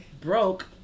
broke